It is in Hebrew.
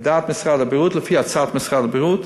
לפי הצעת משרד הבריאות,